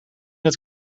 het